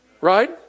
Right